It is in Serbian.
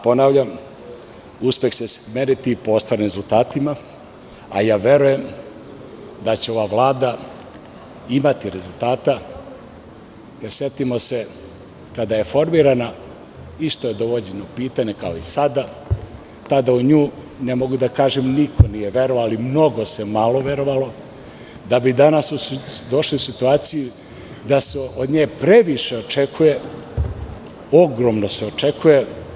Ponavljam, uspeh će se meriti po ostvarenim rezultatima, a ja verujem da će ova Vlada imati rezultata jer setimo se kada je formirana, isto je dovođena u pitanje kao i sada, tada u nju, ne mogu da kažem niko nije verovao, ali mnogo se malo verovalo, da bi danas došli u situaciju da se od nje previše očekuje, ogromno se očekuje.